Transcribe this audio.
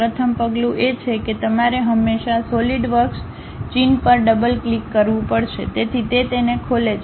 પ્રથમ પગલું એ છે કે તમારે હંમેશા સોલિડવર્કક્સ ચિહ્ન પર ડબલ ક્લિક કરવું પડશે તેથી તે તેને ખોલે છે